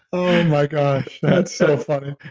oh my gosh, that's so funny